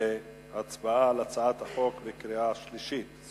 אנחנו עוברים להצבעה בקריאה שלישית על